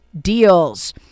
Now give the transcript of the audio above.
deals